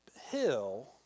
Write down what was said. hill